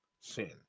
sin